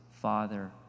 Father